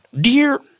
Dear